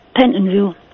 Pentonville